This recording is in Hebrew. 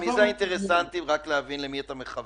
אני מנסה להבין למי אתה מכוון.